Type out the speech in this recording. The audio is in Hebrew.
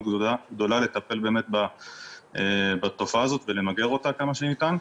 גדולה לטפל באמת בתופעה הזאת ולמגר אותה כמה שניתן.